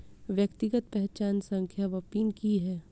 व्यक्तिगत पहचान संख्या वा पिन की है?